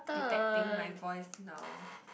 detecting my voice now